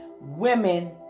women